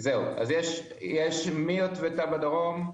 יש מיוטבתה בדרום,